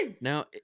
Now